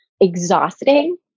exhausting